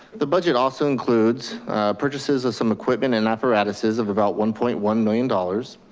the budget also includes purchases of some equipment and apparatuses of about one point one million dollars.